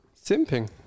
simping